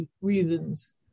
reasons